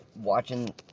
watching